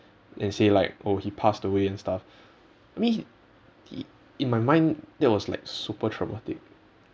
and say like oh he passed away and stuff I mean i~ in my mind that was like super traumatic